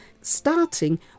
starting